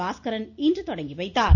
பாஸ்கரன் இன்று துவக்கி வைத்தார்